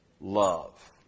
love